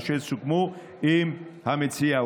אשר סוכמו עם המציע.